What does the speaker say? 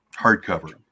hardcover